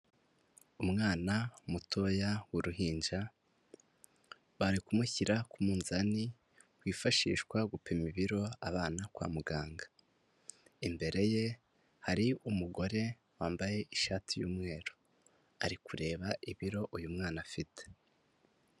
Umwana mutoya w'uruhinja, bari kumushyira ku munzani wifashishwa gupima ibiro abana kwa muganga, imbere ye hari umugore wambaye ishati y'umweru, ari kureba ibiro uyu mwana afite.